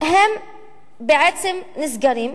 הם בעצם נסגרים,